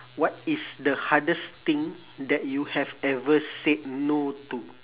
what is the hardest thing that you have ever said no to